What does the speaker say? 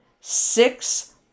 six